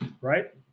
Right